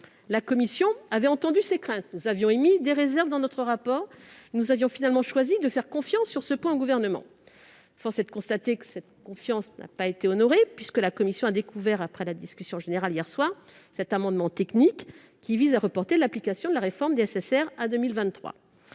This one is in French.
La commission avait entendu ces craintes. Nous avions émis des réserves dans notre rapport, avant, finalement, de choisir de faire confiance au Gouvernement sur ce point. Force est de constater que cette confiance n'a pas été honorée, puisque la commission a découvert, hier soir, après la discussion générale, cet amendement technique, qui vise à reporter l'application de la réforme nécessaire à 2023.